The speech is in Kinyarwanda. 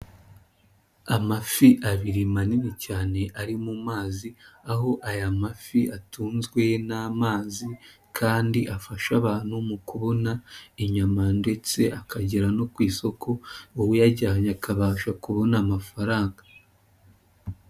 Amafi abiri manini cyane ari mu mazi, aho aya mafi atunzwe n'amazi kandi afasha abantu mu kubona inyama ndetse akagera no ku isoko, uyajyanye akabasha kubona amafaranga.